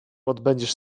odbędziesz